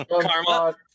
karma